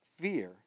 fear